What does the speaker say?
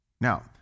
Now